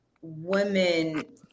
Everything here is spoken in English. women